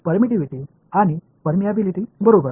permittivity आणि permeability बरोबर